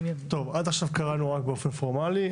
ימים"." עד עכשיו קראנו רק באופן פורמלי.